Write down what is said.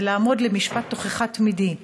זה לעמוד למשפט תוכחה תמידי,